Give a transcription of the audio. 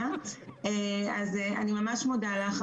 אני ממש מודה לך.